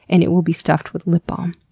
and it will be stuffed with lip balm,